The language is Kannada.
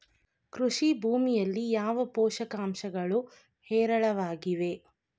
ಕೃಷಿ ಭೂಮಿಯಲ್ಲಿ ಯಾವ ಪೋಷಕಾಂಶಗಳು ಹೇರಳವಾಗಿವೆ?